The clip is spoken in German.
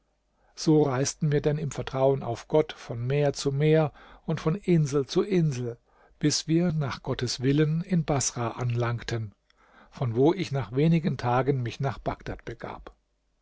so reisten wir denn im vertrauen auf gott von meer zu meer und von insel zu insel bis wir nach gottes willen in baßrah anlangten von wo ich nach wenigen tagen mich nach bagdad begab